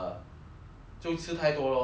就吃太多 lor then 变肥了